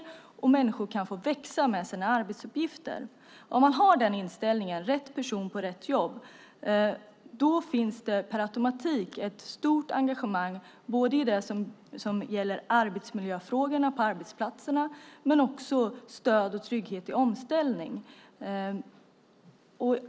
Dessutom kan människor få växa med sina arbetsuppgifter. Om man har den inställningen - rätt person på rätt jobb - finns det per automatik ett stort engagemang både när det gäller arbetsmiljöfrågor på arbetsplatserna och när det gäller stöd och trygghet i omställningen.